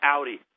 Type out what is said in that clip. Audi